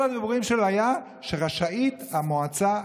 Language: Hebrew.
כל הדיבורים שלו היו: רשאית המועצה,